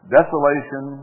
Desolation